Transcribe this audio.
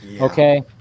okay